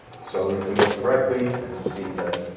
so you can look directly and see that